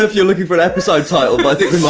ah you're looking for an episode title but i think